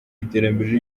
iterambere